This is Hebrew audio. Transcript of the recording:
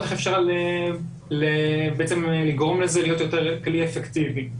איך אפשר לגרום לזה להיות יותר כלי אפקטיבי.